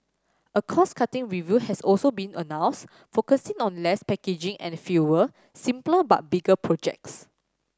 a cost cutting review has also been announced focusing on less packaging and fewer simpler but bigger projects